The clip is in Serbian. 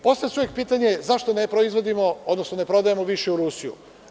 Postavlja čovek pitanje zašto ne proizvodimo, odnosno ne prodajemo više u Rusiju?